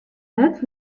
net